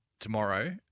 Tomorrow